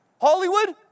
Hollywood